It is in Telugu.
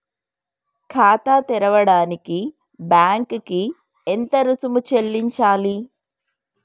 ఖాతా తెరవడానికి బ్యాంక్ కి ఎంత రుసుము చెల్లించాలి?